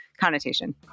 connotation